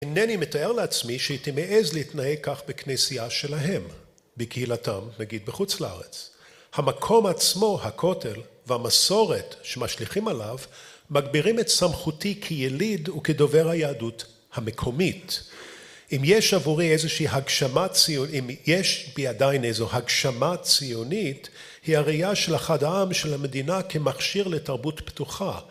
אינני מתאר לעצמי שהייתי מאז להתנהג כך בכנסייה שלהם בקהילתם נגיד בחוץ לארץ. המקום עצמו הכותל והמסורת שמשליכים עליו מגבירים את סמכותי כיליד וכדובר היהדות המקומית. אם יש עבורי איזושהי הגשמה ציונית, אם יש בי עדיין איזו הגשמה ציונית היא הראייה של אחד העם של המדינה כמכשיר לתרבות פתוחה